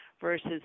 versus